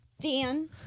Dan